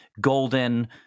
golden